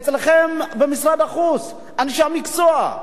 אצלכם במשרד החוץ, אנשי המקצוע.